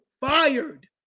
fired